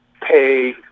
pay